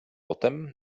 potem